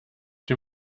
dem